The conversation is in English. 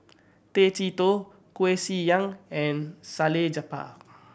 Tay Chee Toh Koeh Sia Yong and Salleh Japar